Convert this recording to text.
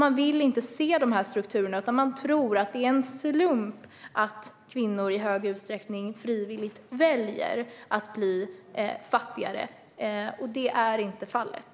Man vill inte se de här strukturerna utan tror att det är en slump att kvinnor i stor utsträckning frivilligt väljer att bli fattigare. Det är dock inte fallet.